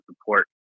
support